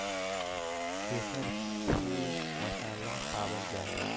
केसर फुल मसाला पावल जा हइ